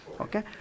okay